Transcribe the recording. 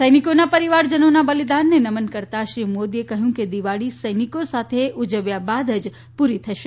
સૈનિકોના પરિવારજનોના બલિદાનને નમન કરતા શ્રી મોદીએ કહ્યું કે દિવાળી સૈનિકો સાથે ઉજવ્યા બાદ જ પૂરી થશે